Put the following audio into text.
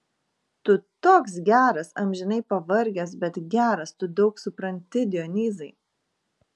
tu toks geras amžinai pavargęs bet geras tu daug supranti dionyzai